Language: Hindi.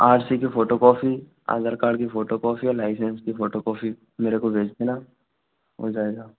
आर सी की फ़ोटो कॉपी आधार कार्ड की फ़ोटो कॉपी और लाइसेन्स की फ़ोटो कॉपी मेरे को भेज देना हो जाएगा